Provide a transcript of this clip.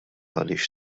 għaliex